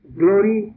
glory